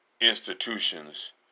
institutions